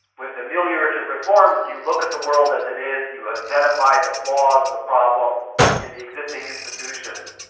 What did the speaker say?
with ameliorative reform you look at the world as it is, you identify the flaws, the problem in the existing institution,